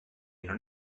non